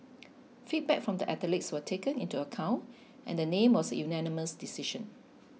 feedback from the athletes were taken into account and the name was a unanimous decision